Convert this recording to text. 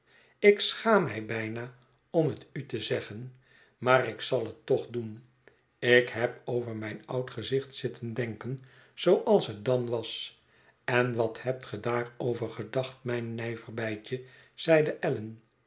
ik schaam mij bijna om het u te zeggen maar ik zal het toch doen ik heb over mijn oud gezicht zitten denken zooals het dan was en wat hebt ge daarover gedacht mijn nijver bijtje zeide allan